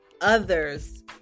others